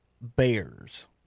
Bears